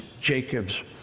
Jacob's